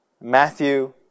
Matthew